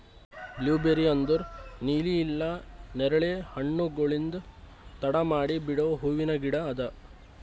blueberry ಅಂದುರ್ ನೀಲಿ ಇಲ್ಲಾ ನೇರಳೆ ಹಣ್ಣುಗೊಳ್ಲಿಂದ್ ತಡ ಮಾಡಿ ಬಿಡೋ ಹೂವಿನ ಗಿಡ ಅದಾ